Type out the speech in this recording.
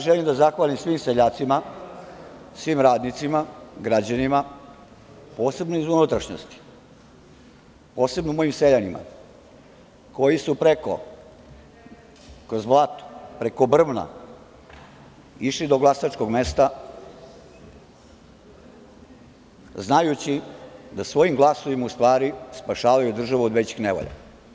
Želim da zahvalim svim seljacima, svim radnicima, građanima, posebno iz unutrašnjosti, posebno mojim seljanima, koji su kroz blato, preko brvna išli do glasačkog mesta, znajući da svojim glasovima u stvari spašavaju državu od većih nevolja.